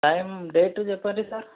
time date చెప్పండి sir